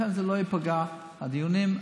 לכן לא ייפגעו הדיונים.